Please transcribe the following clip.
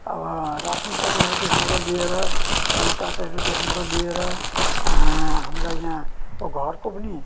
अब रासन कार्डहरूदेखिबाट लिएर हेल्थ कार्डहरूदेखिबाट लिएर हामीलाई यहाँ घरको पनि